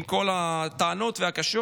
עם כל הטענות הקשות.